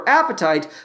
appetite